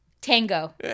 Tango